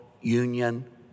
union